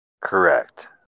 Correct